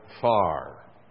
far